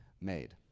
made